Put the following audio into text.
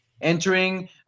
entering